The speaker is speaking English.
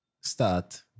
start